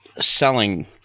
selling